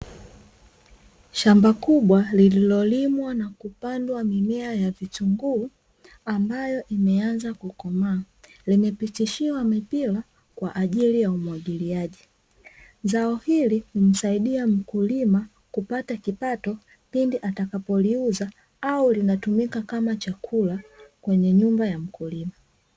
Shamba kubwa lililolimwa na kupandwa mimea ya vitunguu ambayo imeanza kukomaa limepitishiwa mipira kwa ajili ya umwagiliaji. Zao hili humsaidia mkulima kupata kipato pindi atakapoliuza au linatumika kama chakula kwenye nyumba ya mkulima.